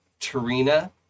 Tarina